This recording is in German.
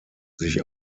sich